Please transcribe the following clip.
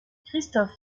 christophe